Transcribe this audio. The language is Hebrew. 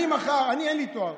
אני אין לי תואר.